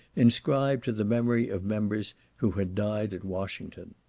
inscribed to the memory of members who had died at washington.